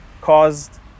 caused